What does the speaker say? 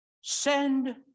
send